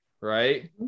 right